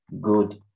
good